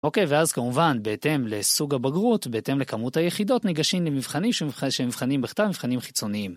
אוקיי, ואז כמובן, בהתאם לסוג הבגרות, בהתאם לכמות היחידות, ניגשים למבחנים שנבחנים בכתב מבחנים חיצוניים.